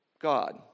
God